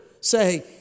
say